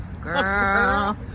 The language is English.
girl